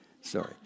sorry